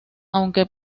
aunque